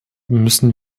müssen